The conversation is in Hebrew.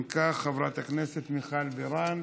אם כך, חברת הכנסת מיכל בירן,